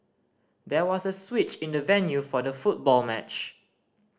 there was a switch in the venue for the football match